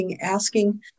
asking